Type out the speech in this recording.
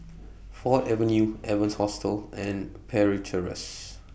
Ford Avenue Evans Hostel and Parry Terrace